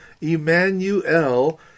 Emmanuel